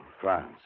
France